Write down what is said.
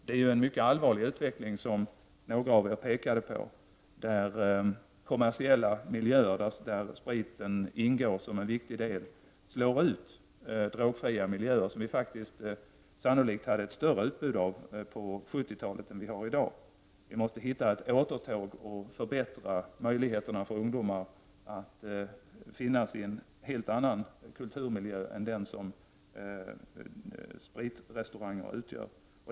Det är en mycket allvarlig utveckling, som några av er påpekade, att kommersiella miljöer där spriten ingår som en viktig del slår ut drogfria miljöer. Utbudet var större på 70-talet än vad vi har i dag. Vi måste hitta en väg tillbaka till detta och förbättra möjligheterna för ungdomar att finna en annan kulturell miljö än den spritrestaurangerna utgör.